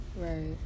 right